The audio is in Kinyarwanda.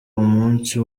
umunsi